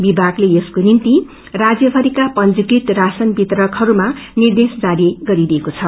विमागले यसको निम्ति राज्यभरिका प्रजीकृत राशनवितरफहस्ताई निर्देश जारी गरिदिएको छ